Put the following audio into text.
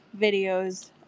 videos